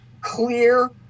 clear